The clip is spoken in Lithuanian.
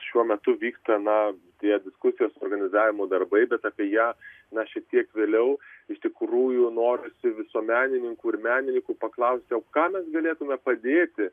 šiuo metu vyksta na tie diskusijos organizavimo darbai bet apie ją na šiek tiek vėliau iš tikrųjų norisi visuomenininkų ir menininkų paklausti o ką mes galėtume padėti